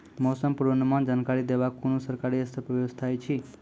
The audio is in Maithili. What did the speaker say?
मौसम पूर्वानुमान जानकरी देवाक कुनू सरकारी स्तर पर व्यवस्था ऐछि?